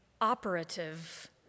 operative